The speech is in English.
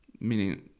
meaning